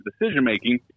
decision-making